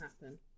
happen